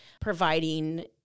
providing